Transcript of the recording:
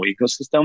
ecosystem